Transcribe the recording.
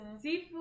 seafood